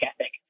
ethic